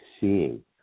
seeing